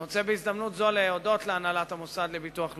אני רוצה בהזדמנות זו להודות להנהלת המוסד לביטוח לאומי,